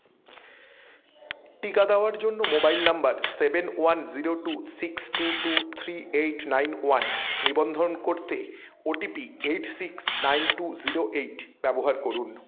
টিকা দেওয়ার জন্য mobile number seven one zero two six two two three eight nine one নিবন্ধন করতে O T P eight six nine two zero eight ব্যবহার করুন